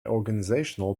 organizational